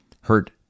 hurt